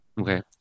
okay